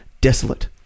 desolate